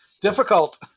difficult